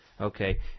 Okay